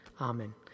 Amen